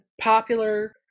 popular